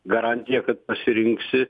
garantija kad pasirinksi